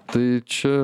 tai čia